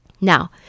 Now